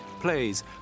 Plays